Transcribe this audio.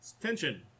Tension